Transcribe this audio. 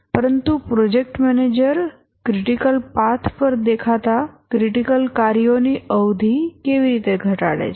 પરંતુ project manager critical path પર દેખાતા ક્રિટિકલ કાર્યોની અવધિ કેવી રીતે ઘટાડે છે